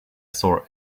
saw